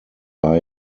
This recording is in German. war